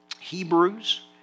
Hebrews